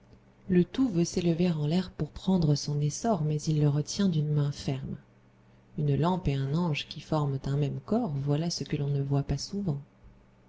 le tout veut s'élever en l'air pour prendre son essor mais il le retient d'une main ferme une lampe et un ange qui forment un même corps voilà ce que l'on ne voit pas souvent